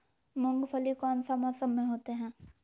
मूंगफली कौन सा मौसम में होते हैं?